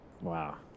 Wow